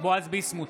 בועז ביסמוט,